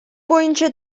боюнча